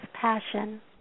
passion